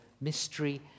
mystery